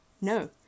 No